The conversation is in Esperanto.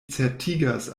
certigas